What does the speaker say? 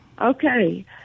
Okay